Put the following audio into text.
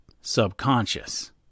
subconscious